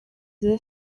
the